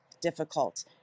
difficult